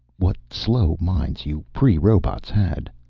what slow minds you pre-robots had.